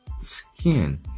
skin